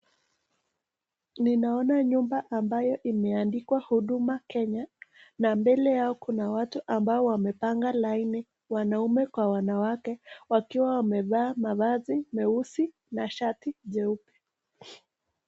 Ninaona nyumba ambayo imeandikwa huduma kenya na mbele yao kuna watu ambao wamepanga laini wanaume kwa wanawake wakiwa wamevaa mavazi nyeusi na shati jeupe.